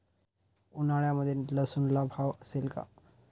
उन्हाळ्यामध्ये लसूणला भाव असेल का?